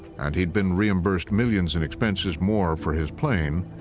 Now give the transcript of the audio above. and he'd been reimbursed millions in expenses more for his plane,